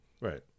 right